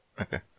Okay